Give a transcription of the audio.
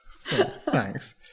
Thanks